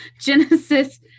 Genesis